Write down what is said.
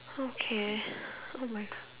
okay oh my